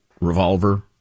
revolver